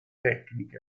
tecniche